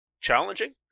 challenging